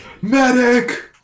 Medic